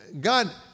God